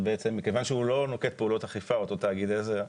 כיוון שהוא לא נוקט פעולות אכיפה אותו תאגיד עזר.